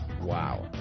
Wow